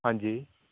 ਹਾਂਜੀ